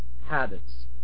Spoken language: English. habits